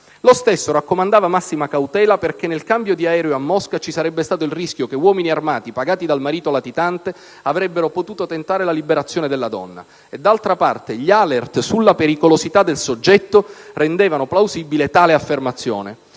Lo stesso raccomandava massima cautela perché nel cambio di aereo a Mosca ci sarebbe stato il rischio che uomini armati, pagati dal marito latitante, avrebbero potuto tentare la liberazione della donna. D'altra parte gli "*alert*" sulla pericolosità del soggetto rendevano plausibile tale affermazione.